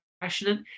Passionate